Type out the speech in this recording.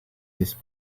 this